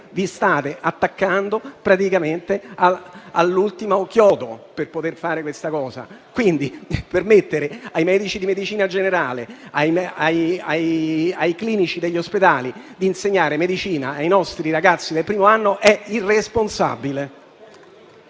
Vi state attaccando all'ultimo chiodo per poter fare questa cosa. Permettere ai medici di medicina generale, ai clinici degli ospedali di insegnare medicina ai nostri ragazzi del primo anno è irresponsabile.